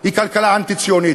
היא כלכלה אנטי-ציונית.